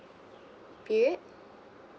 period